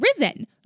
risen